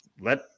let